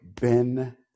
Ben